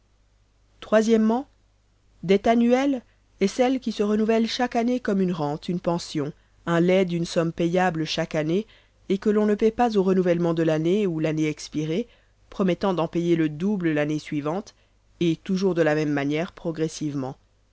o dette annuelle est celle qui se renouvelle chaque année comme une rente une pension un legs d'une somme payable chaque année et que l'on ne paye pas au renouvellement de l'année ou l'année expirée promettant d'en payer le double l'année suivante et toujours de la même manière progressivement